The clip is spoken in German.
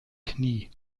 knie